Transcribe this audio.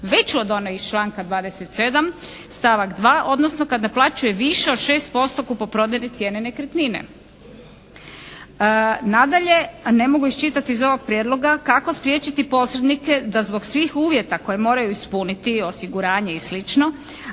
veću od one iz članka 27., stavak 2. odnosno kad naplaćuje više od 6% kupoprodajne cijene nekretnine. Nadalje ne mogu iščitati iz ovog prijedloga kako spriječiti posrednike da zbog svih uvjeta koje moraju ispuniti, osiguranje i